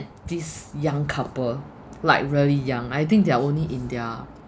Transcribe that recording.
this young couple like really young I think they're only in their